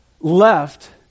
left